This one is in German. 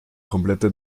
komplette